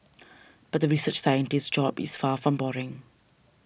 but the research scientist's job is far from boring